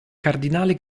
cardinale